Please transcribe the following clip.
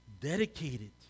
dedicated